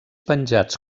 penjats